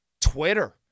Twitter